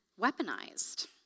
weaponized